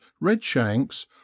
redshanks